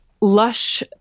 Lush